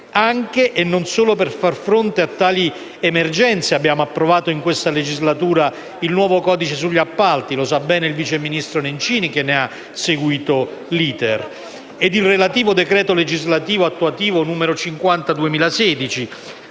Anche - e non solo - per far fronte a tali emergenze abbiamo approvato, in questa legislatura, il nuovo codice sugli appalti - lo sa bene il vice ministro Nencini, che ne ha seguito l'*iter* - e il relativo decreto legislativo attuativo n. 50 del 2016.